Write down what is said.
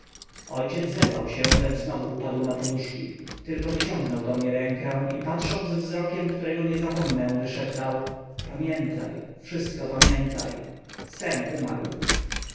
ojciec zerwał się lecz znowu upadł na poduszki tylko wyciągnął do mnie rękę i patrząc wzrokiem którego nie zapomnę wyszeptał pamiętaj wszystko pamiętaj z tem umarł